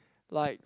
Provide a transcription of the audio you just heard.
like